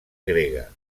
grega